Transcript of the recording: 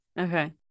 Okay